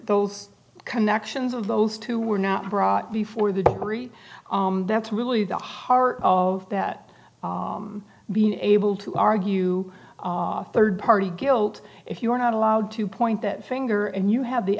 both connections of those two were not brought before the jury that's really the heart of that being able to argue third party guilt if you are not allowed to point that finger and you have the